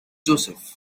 joseph